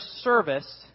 service